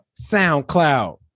SoundCloud